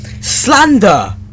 Slander